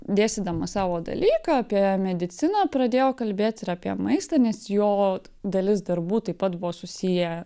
dėstydamas savo dalyką apie mediciną pradėjo kalbėt ir apie maistą nes jo dalis darbų taip pat buvo susiję